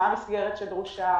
מה המסגרת שדרושה.